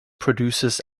produces